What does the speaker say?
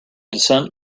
descent